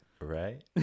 Right